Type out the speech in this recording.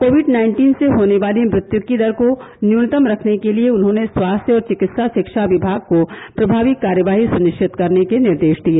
Covid nineteen से होने वाली मृत्यू की दर को न्यूनतम रखने के लिए उन्होंने स्वास्थ्य और चिकित्सा शिक्षा विभाग को प्रमावी कार्यवाही सुनिश्चित करने के निर्देश दिए